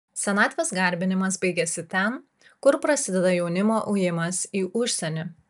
senatvės garbinimas baigiasi ten kur prasideda jaunimo ujimas į užsienį